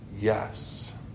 Yes